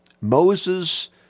Moses